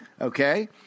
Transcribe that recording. okay